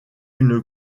une